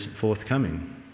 forthcoming